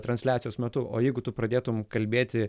transliacijos metu o jeigu tu pradėtum kalbėti